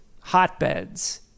hotbeds